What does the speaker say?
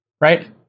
right